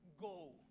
go